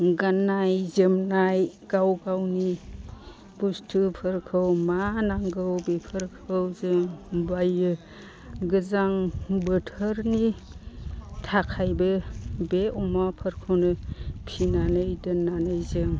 गाननाय जोमनाय गाव गावनि बुस्तुफोरखौ मा नांगौ बेफोरखौ जों बायो गोजां बोथोरनि थाखायबो बे अमाफोरखौनो फिसिनानै दोननानै जों